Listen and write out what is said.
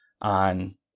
on